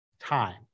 time